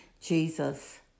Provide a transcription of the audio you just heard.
Jesus